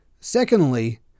Secondly